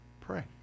pray